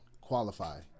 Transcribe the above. qualify